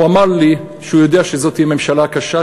הוא אמר לי שהוא יודע שזאת תהיה ממשלה קשה,